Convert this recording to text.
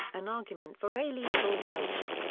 an argument for alienable rights.